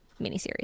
miniseries